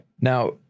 Now